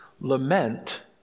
Lament